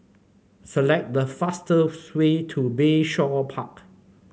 select the fastest way to Bayshore Park